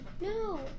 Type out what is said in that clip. No